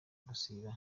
gusiba